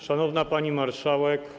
Szanowna Pani Marszałek!